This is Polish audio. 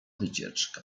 wycieczka